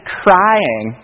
crying